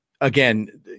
Again